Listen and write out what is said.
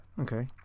Okay